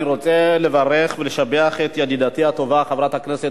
אני רוצה לברך ולשבח את ידידתי הטובה חברת הכנסת